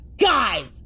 guys